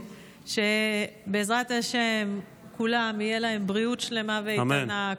שבעזרת השם לכולם תהיה בריאות שלמה ואיתנה,